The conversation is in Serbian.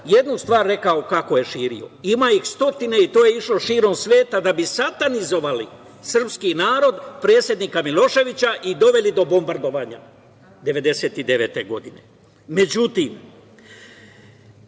jednu stvar rekao kako je širio. Ima ih stotine i to je išlo širom sveta, da bi satanizovali srpski narod, predsednika Miloševića i doveli do bombardovanja 1999.